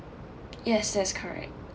yes that's correct